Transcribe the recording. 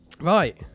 Right